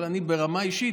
אבל אני ברמה האישית,